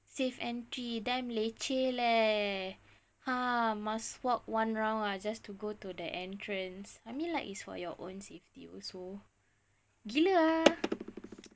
safe entry damn leceh leh !huh! must walk one round ah just to go to the entrance I mean like it's for your own safety also gila ah